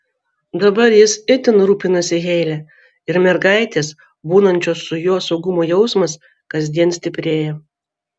dabar jis itin rūpinasi heile ir mergaitės būnančios su juo saugumo jausmas kasdien stiprėja